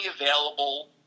available